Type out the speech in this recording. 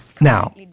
Now